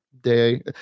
day